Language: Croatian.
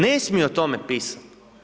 Ne smiju o tome pisati.